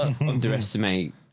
underestimate